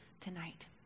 tonight